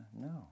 no